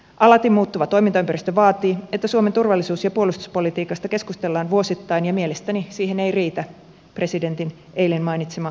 alati muuttuva toimintaympäristö vaatii että suomen turvallisuus ja puolustuspolitiikasta keskustellaan vuosittain ja mielestäni siihen ei riitä presidentin eilen mainitsema fundeerausseminaari